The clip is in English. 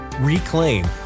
reclaim